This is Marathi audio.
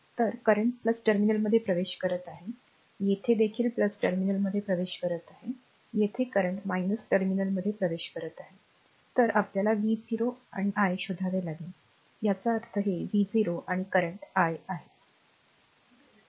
तर करंट टर्मिनलमध्ये प्रवेश करत आहे येथे देखील टर्मिनलमध्ये प्रवेश करत आहे येथे करंट टर्मिनलमध्ये प्रवेश करत आहे तर आपल्याला v0 आणि i शोधावे लागेल याचा अर्थ हे v0 आणि current i